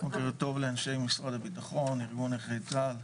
בוקר טוב לאנשי משרד הביטחון, לארגון נכי צה"ל.